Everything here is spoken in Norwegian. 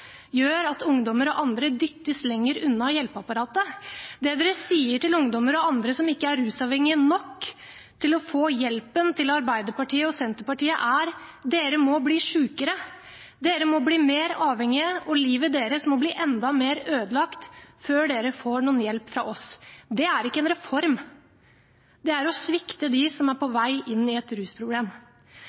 gjør at ungdommer og andre dyttes lenger unna hjelpeapparatet. Det dere sier til ungdommer og andre som ikke er rusavhengige nok til å få hjelpen til Arbeiderpartiet og Senterpartiet, er: Dere må bli sykere, dere må bli mer avhengige, og livet deres må bli enda mer ødelagt før dere får noen hjelp fra oss. Det er ikke en reform. Det er å svikte dem som er på vei inn i et rusproblem.